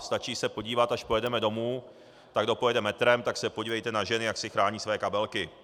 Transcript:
Stačí se podívat, až pojedeme domů, tak kdo pojede metrem, tak se podívejte na ženy, jak si chrání svoje kabelky.